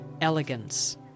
elegance